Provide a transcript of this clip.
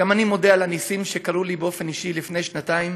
גם אני מודה על הנסים שקרו לי באופן אישי לפני שנתיים